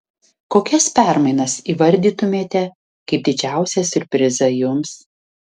kokias permainas įvardytumėte kaip didžiausią siurprizą jums